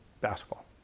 basketball